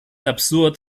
absurd